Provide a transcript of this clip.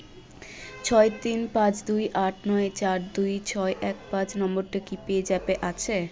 ছয় তিন পাঁচ দুই আট নয় চার দুই ছয় এক পাঁচ নম্বরটা কি পেজ্যাপে আছে